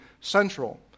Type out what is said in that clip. central